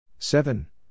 Seven